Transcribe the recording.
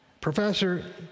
Professor